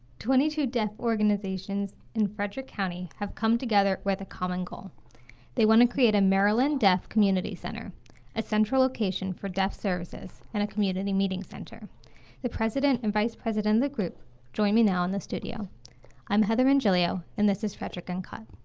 twenty two deaf organizations in frederick county have come together with a common goal they want to create a maryland deaf community center a central location for deaf services and a community meeting center the president and vice-president the group join me now in the studio i'm, heather mongilio and this is frederick uncut